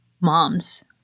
moms